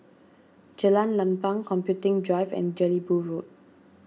Jalan Lapang Computing Drive and Jelebu Road